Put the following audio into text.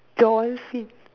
dolphin